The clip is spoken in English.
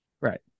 right